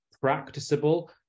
practicable